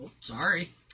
Sorry